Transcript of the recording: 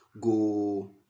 go